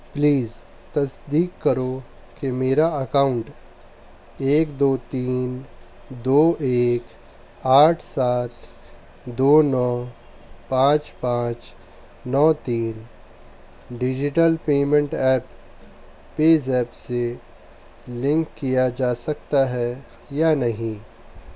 please تصدیق کرو کہ میرا اکاؤنٹ ایک دو تین دو ایک آٹھ سات دو نو پانچ پانچ نو تین digital payment app PayZapp سے لنک کیا جا سکتا ہے یا نہیں